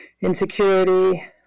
insecurity